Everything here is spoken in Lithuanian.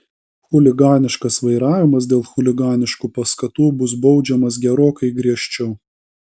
chuliganiškas vairavimas dėl chuliganiškų paskatų bus baudžiamas gerokai griežčiau